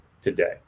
today